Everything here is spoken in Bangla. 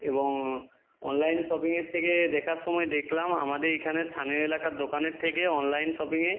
এবং অনলাইন শপিংয়ের থেকে দেখার সময় দেখলাম আমাদের এখানে স্থানীয় এলাকার দোকানের থেকে অনলাইন শপিংয়ে